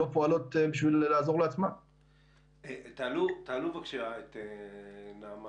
בשביל זה צריכה להיות נכונות.